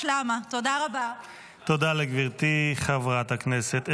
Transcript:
רש"י אומר: כי חבל מורכב משלושה חלקים לפחות,